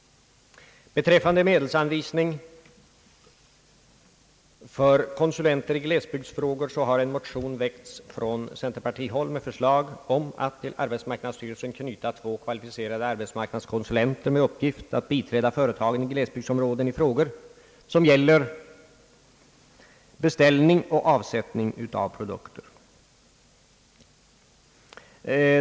Beträffande medelsanvisningen för konsulenter i glesbygdsfrågor har en motion väckts från centerpartihåll med förslag om att till arbetsmarknadsstyrelsen knyta två kvalificerade arbetsmarknadskonsulenter med uppgift att biträda företag i glesbygder i frågor som gäller beställning och avsättning av produkter.